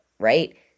right